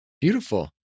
Beautiful